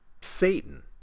satan